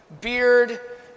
Beard